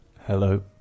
hello